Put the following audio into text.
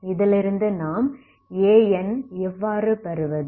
இதிலிருந்து நாம் An எவ்வாறு பெறுவது